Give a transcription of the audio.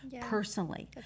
personally